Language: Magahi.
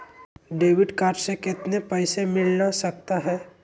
डेबिट कार्ड से कितने पैसे मिलना सकता हैं?